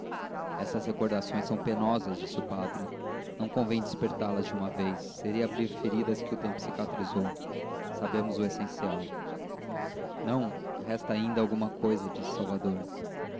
essas recordações são penosas disse o padre não convém despertá las de uma vez seria abrir feridas que o tempo cicatrizou sabemos o essencial não resta ainda alguma coisa disse salvador